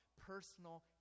personal